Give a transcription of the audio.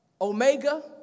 omega